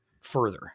further